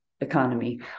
economy